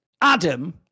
adam